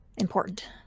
Important